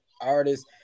artists